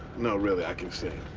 no, really. i can sing.